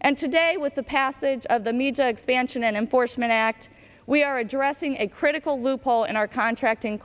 and today with the passage of the media expansion and enforcement act we are addressing a critical loophole in our contracting